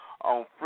on